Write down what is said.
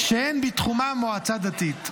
שאין בתחומן מועצה דתית.